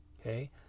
okay